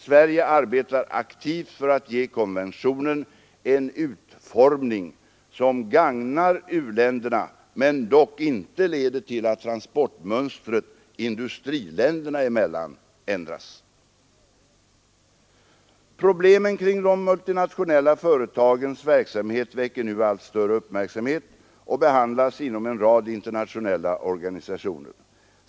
Sverige arbetar aktivt för att ge konventionen en utformning som gagnar u-länderna men dock inte leder till att transportmönstret industriländerna emellan ändras. Problemen kring de multinationella företagens verksamhet väcker nu allt större uppmärksamhet och behandlas inom en rad internationella organisationer.